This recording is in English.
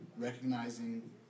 recognizing